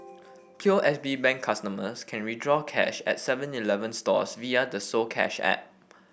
P O S B Bank customers can withdraw cash at seven Eleven stores via the soCash app